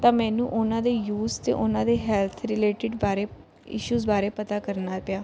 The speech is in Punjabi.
ਤਾਂ ਮੈਨੂੰ ਉਨ੍ਹਾਂ ਦੇ ਯੂਸ ਅਤੇ ਉਨ੍ਹਾਂ ਦੇ ਹੈਲਥ ਰਿਲੇਟਿਡ ਬਾਰੇ ਇਸ਼ੂਸ ਬਾਰੇ ਪਤਾ ਕਰਨਾ ਪਿਆ